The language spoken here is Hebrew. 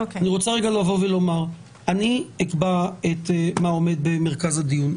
אני אקבע מה עומד במרכז הדיון.